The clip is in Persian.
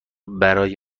برای